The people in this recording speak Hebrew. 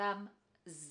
זה